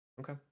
Okay